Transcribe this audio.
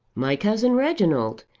my cousin reginald.